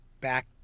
back